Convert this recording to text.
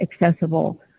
accessible